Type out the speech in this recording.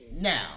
Now